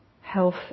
health